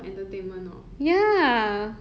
fun job ya